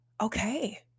okay